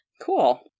Cool